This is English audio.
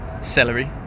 celery